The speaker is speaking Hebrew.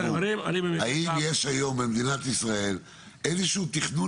האם יש היום במדינת ישראל איזשהו תכנון